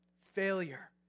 Failure